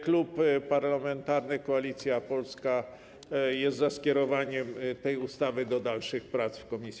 Klub Parlamentarny Koalicja Polska jest za skierowaniem ustawy do dalszych prac w komisji.